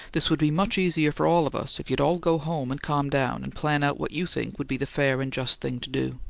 this would be much easier for all of us, if you'd all go home and calm down, and plan out what you think would be the fair and just thing to do.